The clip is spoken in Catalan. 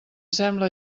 sembla